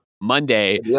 Monday